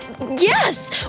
Yes